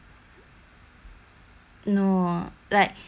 no like has cause cause uh